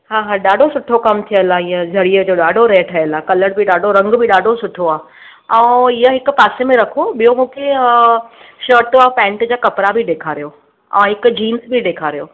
हा हा ॾाढो सुठो कमु थियल आहे इहा जरीअ जो ॾाढो रेर ठयल आहे कलर बि ॾाढो रंग बि ॾाढो सुठो आहे ऐं इहा हिकु पासे में रखो ॿियो मूंखे शट ऐं पेन्ट जा कपिड़ा बि ॾेखारियो ऐं हिकु जीन्स बि ॾेखारियो